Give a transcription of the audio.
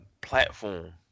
platform